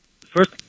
First